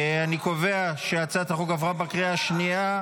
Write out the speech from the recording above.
אני קובע שהצעת החוק עברה בקריאה השנייה.